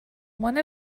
one